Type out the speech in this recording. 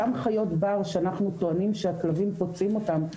אותם חיות בר שאנחנו טוענים שהכלבים פוצעים אותם,